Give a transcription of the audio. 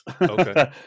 okay